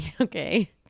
Okay